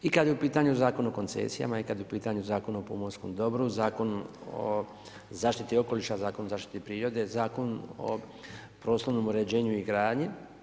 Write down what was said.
I kad je u pitanju Zakon o koncesijama, i kad je pitanje Zakon pomorskom dobru, Zakon o zaštiti okoliša, Zakon o zaštiti prirode, Zakon o prostornom uređenju i gradnji.